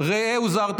ראה הוזהרת.